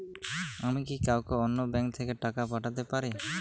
আমি কি কাউকে অন্য ব্যাংক থেকে টাকা পাঠাতে পারি?